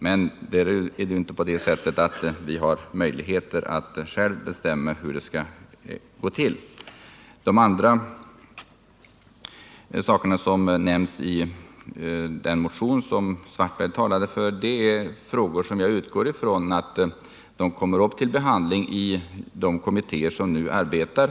Men det är tydligen så att vi inte själva har möjligheter att bestämma hur det skall gå till. De andra saker som nämns i den motion som Karl-Erik Svartberg talade för är frågor som jag utgår ifrån kommer upp till behandling i de kommittéer som nu arbetar.